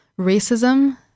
racism